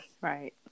right